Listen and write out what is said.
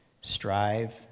Strive